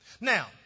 Now